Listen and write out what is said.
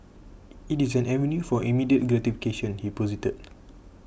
it is an avenue for immediate gratification he posited